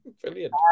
Brilliant